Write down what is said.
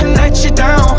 and let you down,